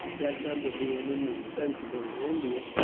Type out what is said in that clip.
that number being indispensable in india.